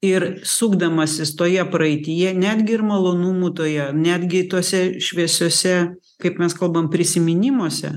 ir sukdamasis toje praeityje netgi ir malonumų toje netgi tose šviesiose kaip mes kalbam prisiminimuose